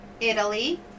Italy